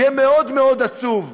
יהיה מאוד מאוד עצוב,